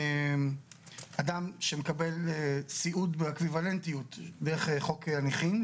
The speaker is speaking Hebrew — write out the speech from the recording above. אדם שמקבל סיעוד ואקווה ולנטיות דרך חוק הנכים,